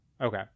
Okay